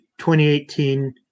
2018